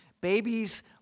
babies